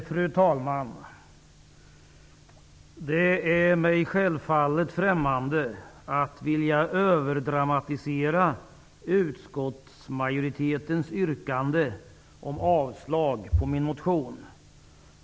Fru talman! Det är mig självfallet främmande att vilja överdramatisera utskottsmajoritetens yrkande om avslag på min motion.